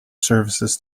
services